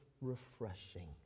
refreshing